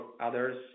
others